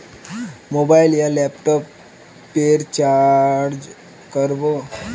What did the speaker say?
Mobile या laptop पेर recharge कर बो?